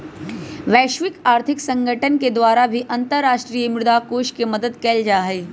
वैश्विक आर्थिक संगठन के द्वारा भी अन्तर्राष्ट्रीय मुद्रा कोष के मदद कइल जाहई